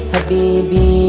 Habibi